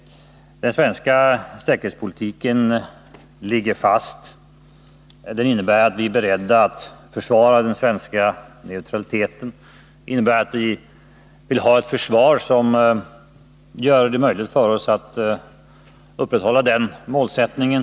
Den svenska säkerhetspolitiken ligger fast. Den innebär att vi är beredda att försvara den svenska neutraliteten. Och det innebär att vi vill ha ett försvar som gör det möjligt för oss att upprätthålla den målsättningen.